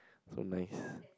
so nice